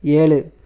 ஏழு